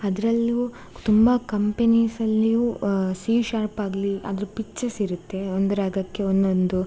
ಅದ್ರಲ್ಲು ತುಂಬ ಕಂಪೆನೀಸಲ್ಲಿಯು ಸಿ ಶಾರ್ಪ್ ಆಗಲಿ ಅದರ ಪಿಚ್ಚಸ್ ಇರುತ್ತೆ ಅಂದರೆ ಅದಕ್ಕೆ ಒಂದೊಂದು